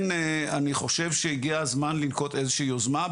אני חושב שהגיע הזמן לנקוט איזו שהיא יוזמה.